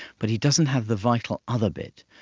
but he doesn't have the vital other bit,